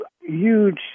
huge